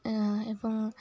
ଏବଂ